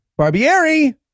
Barbieri